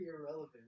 irrelevant